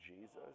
Jesus